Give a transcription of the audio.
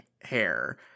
hair